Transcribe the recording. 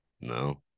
No